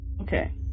Okay